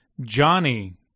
Johnny